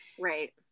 Right